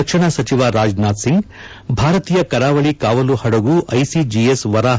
ರಕ್ಷಣಾ ಸಚಿವ ರಾಜನಾಥ್ ಸಿಂಗ್ ಭಾರತೀಯ ಕರಾವಳಿ ಕಾವಲು ಹಡಗು ಐಸಿಜಿಎಸ್ ವರಾಹಾ ಕಾರ್ಯಾರಂಭ